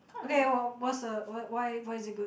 okay what what's the why why why is it good